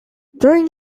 during